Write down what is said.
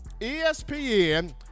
ESPN